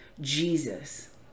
Jesus